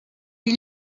des